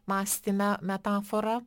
mąstyme metaforą